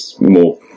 more